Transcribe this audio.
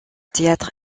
théâtre